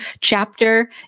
chapter